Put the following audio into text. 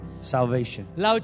salvation